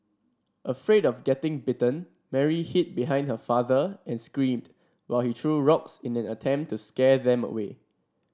afraid of getting bitten Mary hid behind her father and screamed while he threw rocks in an attempt to scare them away